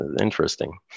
interesting